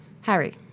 Harry